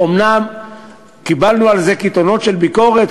אומנם קיבלנו על זה קיתונות של ביקורת,